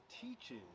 teaches